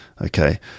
Okay